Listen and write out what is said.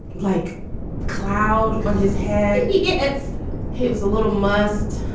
like cloud on his head, he gets hit was a little must.